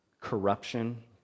corruption